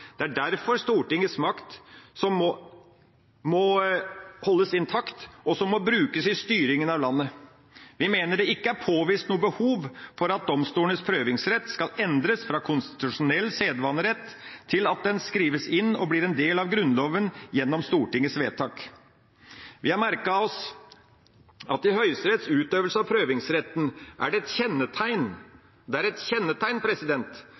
Det er derfor Stortingets makt som må holdes intakt, og som må brukes i styringa av landet. Vi mener det ikke er påvist noe behov for at domstolenes prøvingsrett skal endres fra konstitusjonell sedvanerett til at den skrives inn og blir en del av Grunnloven gjennom Stortingets vedtak. Vi har merket oss at i Høyesteretts utøvelse av prøvingsretten er det et kjennetegn